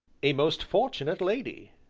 a most fortunate lady!